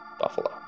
Buffalo